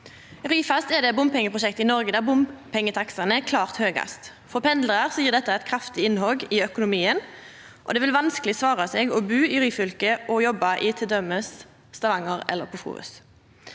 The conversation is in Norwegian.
Ryfast er det bompengeprosjektet i Noreg der bompengetakstane er klart høgast. For pendlarar gjer dette eit kraftig innhogg i økonomien, og det vil vanskeleg svara seg å bu i Ryfylke og jobba t.d. i Stavanger eller på Forus.